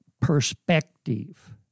perspective